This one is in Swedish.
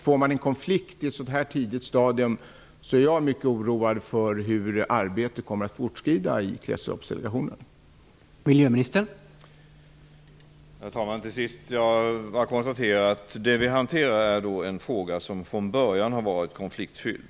Får man en konflikt på tidigt stadium är jag mycket oroad för hur arbetet i Kretsloppsdelegationen kommer att fortskrida.